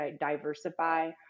diversify